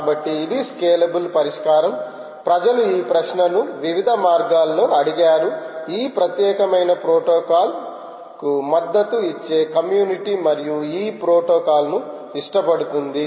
కాబట్టి ఇది స్కేలబుల్ పరిష్కారం ప్రజలు ఈ ప్రశ్నను వివిధ మార్గాల్లో అడిగారు ఈ ప్రత్యేకమైన ప్రోటోకాల్కు మద్దతు ఇచ్చే కమ్యూనిటి మరియు ఈ ప్రోటోకాల్ ను ఇష్టపడుతుంది